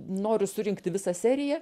noriu surinkti visą seriją